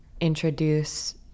introduce